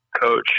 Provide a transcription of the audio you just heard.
Coach